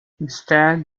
instead